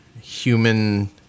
human